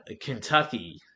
Kentucky